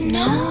no